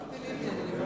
אני לא ציפי לבני.